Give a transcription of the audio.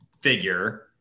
figure